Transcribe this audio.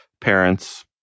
parents